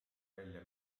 välja